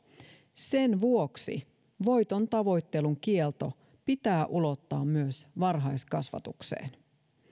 sen vuoksi voitontavoittelun kielto pitää ulottaa myös varhaiskasvatukseen